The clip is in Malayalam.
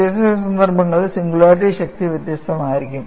വ്യത്യസ്ത സന്ദർഭങ്ങളിൽ സിംഗുലാരിറ്റി ശക്തി വ്യത്യസ്തമായിരിക്കും